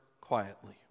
quietly